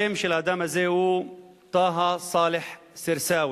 השם של האדם הזה הוא טאהא סאלח סרסאווי.